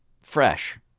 fresh